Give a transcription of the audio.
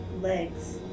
legs